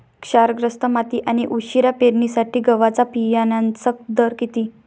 क्षारग्रस्त माती आणि उशिरा पेरणीसाठी गव्हाच्या बियाण्यांचा दर किती?